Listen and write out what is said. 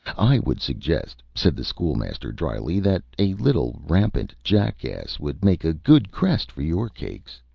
i would suggest, said the school-master, dryly, that a little rampant jackass would make a good crest for your cakes.